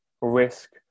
risk